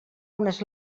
unes